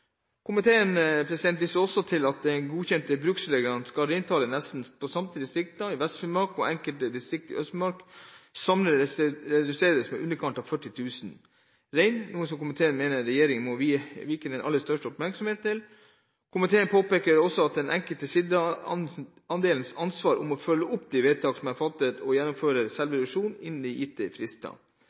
til at ut fra godkjente bruksregler skal reintallet i nesten samtlige distrikter i Vest-Finnmark og i enkelte distrikter i Øst-Finnmark samlet reduseres med i underkant av 40 000 rein, noe som komiteen mener regjeringen må vie den aller største oppmerksomhet. Komiteen påpeker også at det er den enkelte sidaandels ansvar å følge opp de vedtak som er fattet, og gjennomføre selve reduksjonen innenfor gitte frister.